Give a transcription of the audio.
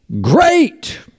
great